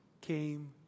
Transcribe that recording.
came